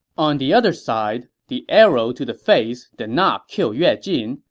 on the other side, the arrow to the face did not kill yue jin,